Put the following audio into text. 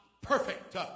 perfect